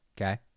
Okay